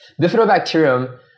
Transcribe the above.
Bifidobacterium